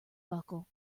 buckle